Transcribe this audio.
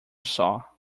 saw